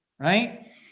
Right